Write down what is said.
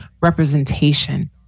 representation